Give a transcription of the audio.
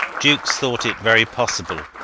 jukes thought it very possible,